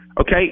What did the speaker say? Okay